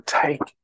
take